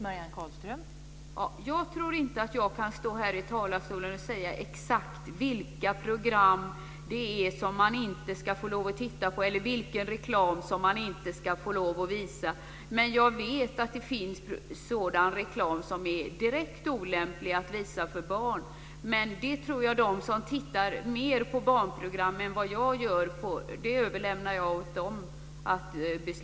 Fru talman! Jag tror inte att jag kan stå här i talarstolen och säga exakt vilka program det är som barn inte ska få lova att titta på, eller vilken reklam som man inte ska få lova att visa. Jag vet att det finns reklam som är direkt olämplig att visa för barn, men jag överlämnar till dem som tittar mer på barnprogram än vad jag gör att besluta om detta.